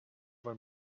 were